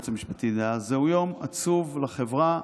היועץ המשפטי דאז: "זהו יום עצוב לחברה,